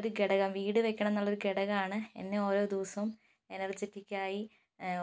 ഒരു ഘടകം വീടുവെക്കണംന്നൊള്ളൊരു ഘടകാണ് എന്നെ ഓരോ ദിവസവും എനെർജറ്റിക്കായി